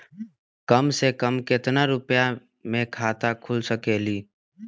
कम से कम केतना रुपया में खाता खुल सकेली?